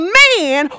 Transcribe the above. man